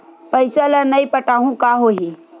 पईसा ल नई पटाहूँ का होही?